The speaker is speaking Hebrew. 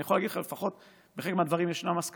אני יכול להגיד לך שלפחות בחלק מהדברים ישנן הסכמות,